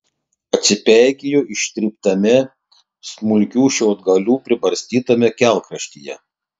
atsipeikėjo ištryptame smulkių šiaudgalių pribarstytame kelkraštyje